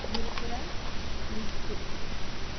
இருக்கிற லிஸ்ட்டு